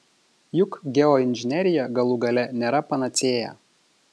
juk geoinžinerija galų gale nėra panacėja